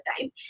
time